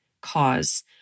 cause